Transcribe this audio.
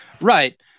right